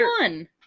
one